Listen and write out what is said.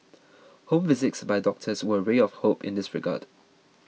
home visits by doctors were a ray of hope in this regard